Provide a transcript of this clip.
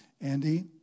Andy